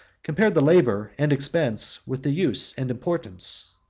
compared the labor and expense with the use and importance.